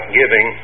giving